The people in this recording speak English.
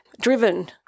driven